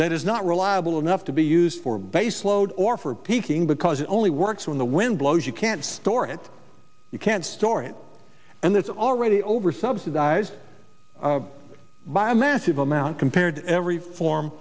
that is not reliable enough to be used for baseload or for peaking because it only works when the wind blows you can't store it you can't store it and that's already over subsidised by a massive amount compared every form